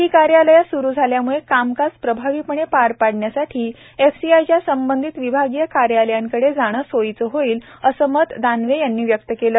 ही कार्यालये स्रू झाल्यामुळे कामकाज प्रभावीपणे पार पाडण्यासाठी एफसीआयच्या संबंधित विभागीयकार्यालयांकडे जाणे सोयीचे होईल असे मत दानवेयांनी व्यक्त केले